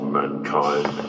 mankind